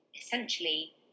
essentially